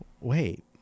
wait